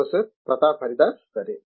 professor Pratap Haridas సరే